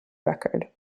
record